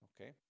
okay